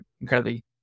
incredibly